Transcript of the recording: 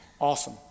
Awesome